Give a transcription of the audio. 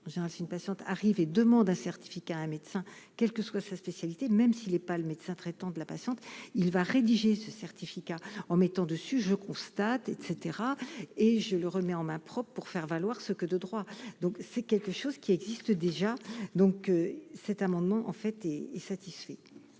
patiente j'ai une patiente arrive et demandent un certificat, un médecin quelle que ce que sa spécialité, même s'il est pas le médecin traitant de la patiente il va rédiger ce certificat en mettant dessus je constate etc et je le remet en main propre pour faire valoir ce que de droit, donc c'est quelque chose qui existe déjà, donc cet amendement en fait est est satisfait.